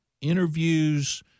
interviews